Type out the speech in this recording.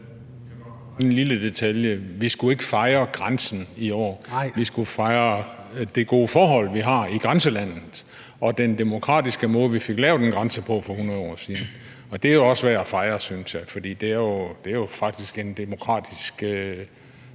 en lille detalje: Vi skulle ikke fejre grænsen i år. Vi skulle fejre det gode forhold, vi har i grænselandet, og den demokratiske måde, vi fik lavet en grænse på for 100 år siden, og det er også værd at fejre, synes jeg, for det er faktisk en demokratisk